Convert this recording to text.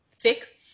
fix